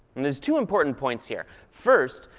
and there's two important points here. first,